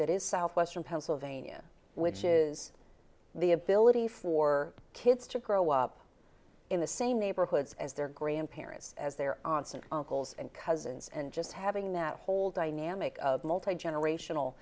that is southwestern pennsylvania which is the ability for kids to grow up in the same neighborhoods as their grandparents as their aunts and uncles and cousins and just having that whole dynamic of multi generational